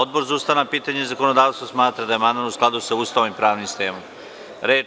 Odbor za ustavna pitanja i zakonodavstvo smatra da je amandman u skladu sa Ustavom i pravnim sistemom Republike Srbije.